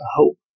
hope